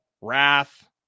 wrath